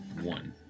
one